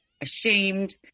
ashamed